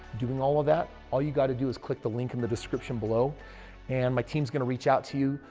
doing all of that. all you got to do is click the link in the description below and my team's going to reach out to you.